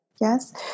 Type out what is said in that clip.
yes